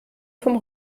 vom